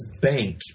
bank